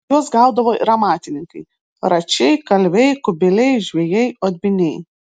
juos gaudavo ir amatininkai račiai kalviai kubiliai žvejai odminiai